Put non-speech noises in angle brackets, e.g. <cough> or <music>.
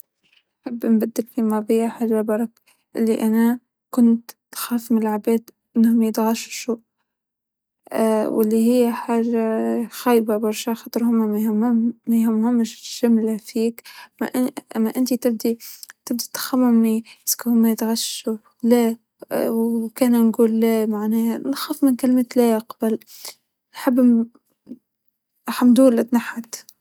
ما عندي شي الحمد لله أنا أبي أغيره أو شي أنا ندمانة عليه بالماضي ،أنا الحمد لله راضية تمام الرضا عن حياتي الماضية، وحياتي الحالية وأن شاء الله عن حياتي ال-القادمة ،بعد <hesitation> إني أغير شي لا كل شي <hesitation> صار الحمد لله صار على أكمل وجه ما يبي تغيير.